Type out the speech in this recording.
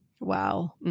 Wow